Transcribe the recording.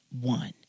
one